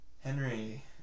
Henry